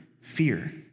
fear